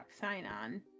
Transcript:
sign-on